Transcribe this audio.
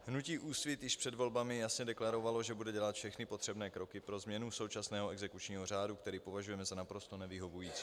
Hnutí Úsvit již před volbami jasně deklarovalo, že bude dělat všechny potřebné kroky pro změnu současného exekučního řádu, který považujeme za naprosto nevyhovující.